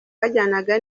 byajyanaga